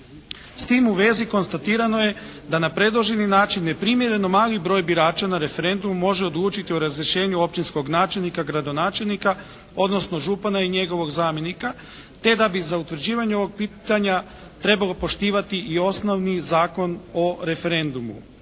S tim u vezi konstatirano je da na predloženi način neprimjereno mali broj birača na referendumu može odlučiti o razrješenju općinskog načelnika, gradonačelnika, odnosno župana i njegovog zamjenika te da bi za utvrđivanje ovog pitanja trebalo poštivati i osnovni Zakon o referendumu.